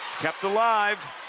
kept alive